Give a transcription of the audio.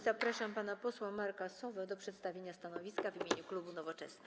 Zapraszam pana posła Marka Sowę do przedstawienia stanowiska w imieniu klubu Nowoczesna.